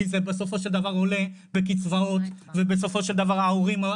כי זה בסופו של דבר עולה בקצבאות ובסופו של דבר ההורים